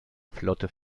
flotte